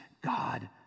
God